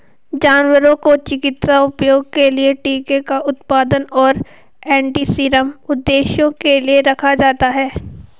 जानवरों को चिकित्सा उपयोग के लिए टीके का उत्पादन और एंटीसीरम उद्देश्यों के लिए रखा जाता है